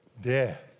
Death